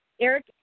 Eric